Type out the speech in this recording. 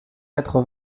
quatre